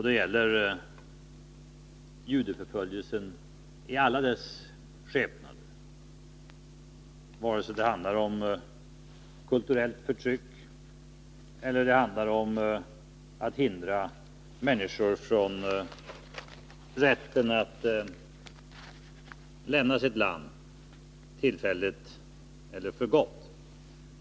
Det gäller judeförföljelsen i alla dess skepnader, vare sig det handlar om kulturellt förtryck eller om att hindra människor från att utnyttja rätten att lämna sitt land; tillfälligt eller för gott.